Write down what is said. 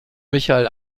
michael